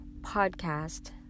podcast